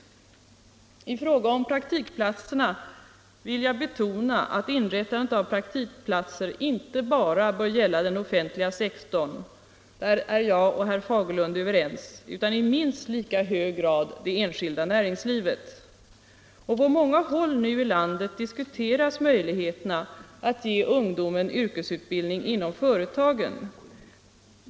I fråga om praktikplatserna vill jag betona att inrättandet av sådana inte bara bör gälla den offentliga sektorn — där är jag och herr Fagerlund överens — utan i minst lika hög grad det enskilda näringslivet. På många håll i landet diskuteras nu möjligheterna att ge ungdomen yrkesutbildning inom företagen.